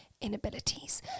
inabilities